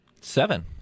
seven